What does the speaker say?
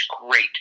great